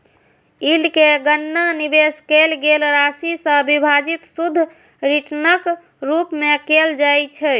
yield के गणना निवेश कैल गेल राशि सं विभाजित शुद्ध रिटर्नक रूप मे कैल जाइ छै